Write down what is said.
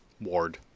Ward